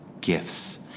gifts